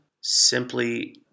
simply